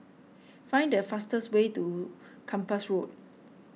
find the fastest way to Kempas Road